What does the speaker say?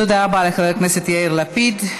תודה רבה לחבר הכנסת יאיר לפיד.